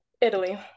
Italy